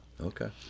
Okay